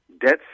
debt